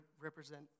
represent